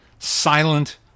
silent